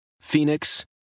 Phoenix